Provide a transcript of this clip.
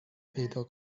پیدا